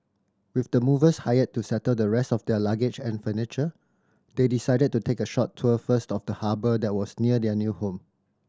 with the movers hired to settle the rest of their luggage and furniture they decided to take a short tour first of the harbour that was near their new home